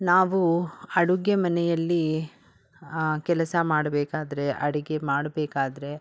ನಾವು ಅಡುಗೆ ಮನೆಯಲ್ಲಿ ಕೆಲಸ ಮಾಡ್ಬೇಕಾದರೆ ಅಡುಗೆ ಮಾಡ್ಬೇಕಾದರೆ